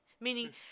Meaning